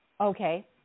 Okay